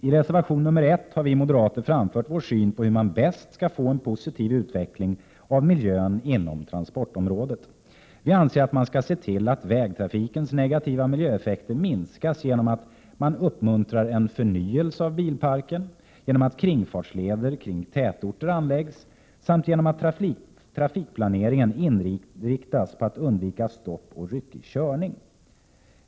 I reservation nr 1 har vi moderater framfört vår syn på hur man bäst skall få en positiv utveckling av miljön inom transportområdet. Vi anser att man skall se till att vägtrafikens negativa miljöeffekter minskas genom att man uppmuntrar en förnyelse av bilparken, genom att kringfartsleder kring tätorter anläggs samt genom att trafikplaneringen inriktas på att undvika stopp och ryckig körning.